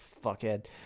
fuckhead